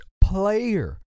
player